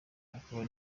akaba